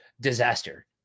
disaster